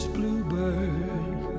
Bluebird